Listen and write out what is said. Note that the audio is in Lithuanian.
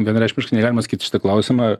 vienareikšmiškai negalima atsakyt į šitą klausimą